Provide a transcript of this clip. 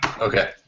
Okay